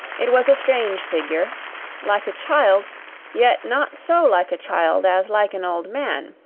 it was a strange figure like a child yet not so like a child as like an old man,